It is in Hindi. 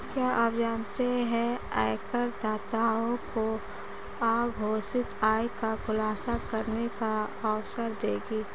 क्या आप जानते है आयकरदाताओं को अघोषित आय का खुलासा करने का अवसर देगी?